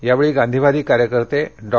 यावेळी गांधीवादी कार्यकर्ते डॉ